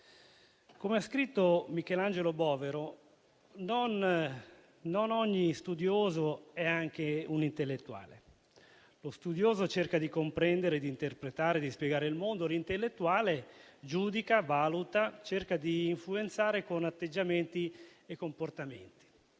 Come ha scritto Michelangelo Bovero: «Non ogni studioso è anche un intellettuale. Lo studioso cerca di comprendere, di interpretare, di spiegare il mondo; l'intellettuale giudica, valuta, cerca di influenzare atteggiamenti e comportamenti».